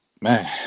man